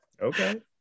Okay